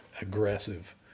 aggressive